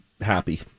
happy